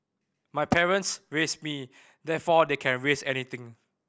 my parents raised me therefore they can raise anything